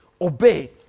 obey